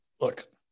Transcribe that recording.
look